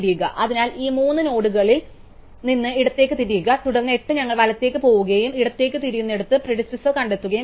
അതിനാൽ ഈ മൂന്ന് നോഡുകളിൽ നിന്ന് ഇടത്തേക്ക് തിരിയുക തുടർന്ന് 8 ഞങ്ങൾ വലത്തേക്ക് പോകുകയും ഇടത്തേക്ക് തിരിയുന്നിടത്ത് പ്രിഡിസെസാർ കണ്ടെത്തുകയും ചെയ്യും